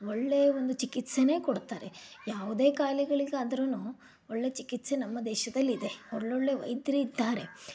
ಒಳ್ಳೆಯ ಒಂದು ಚಿಕಿತ್ಸೆನೇ ಕೊಡ್ತಾರೆ ಯಾವುದೇ ಕಾಯಿಲೆಗಳಿಗಾದ್ರೂನು ಒಳ್ಳೆಯ ಚಿಕಿತ್ಸೆ ನಮ್ಮ ದೇಶದಲ್ಲಿದೆ ಒಳ್ಳೊಳ್ಳೆ ವೈದ್ಯರು ಇದ್ದಾರೆ